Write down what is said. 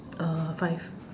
uh five